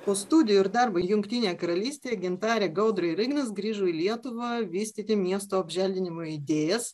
po studijų ir darbo jungtinėje karalystėje gintarė gaudrė ir ignas grįžo į lietuvą vystyti miesto apželdinimo idėjas